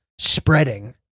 spreading